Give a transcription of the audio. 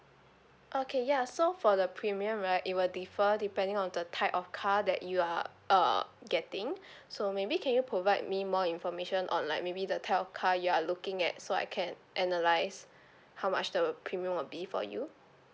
okay ya so for the premium right it will differ depending on the type of car that you are uh getting so maybe can you provide me more information on like maybe the type of car you are looking at so I can analyse how much the premium would be for you